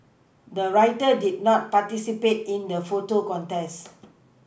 the writer did not participate in the photo contest